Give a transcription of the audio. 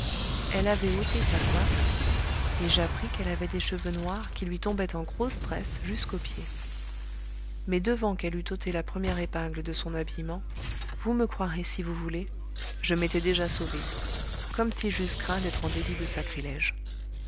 elle avait ôté sa coiffe et j'appris qu'elle avait des cheveux noirs qui lui tombaient en grosses tresses jusqu'aux pieds mais devant qu'elle eût ôté la première épingle de son habillement vous me croirez si vous voulez je m'étais déjà sauvé comme si j'eusse craint d'être en délit de sacrilége